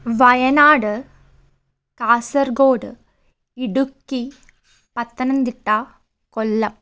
Wayanad Kasaragod Idukki Pathanamthitta Kollam